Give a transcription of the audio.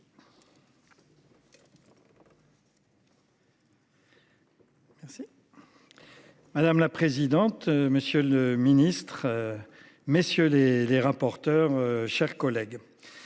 Madame la présidente, monsieur le ministre. Messieurs les rapporteurs, chers collègues.